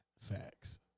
Facts